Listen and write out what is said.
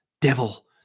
devil